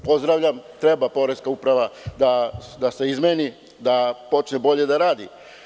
Pozdravljam, treba poreska uprava da se izmeni, da počne bolje da radi.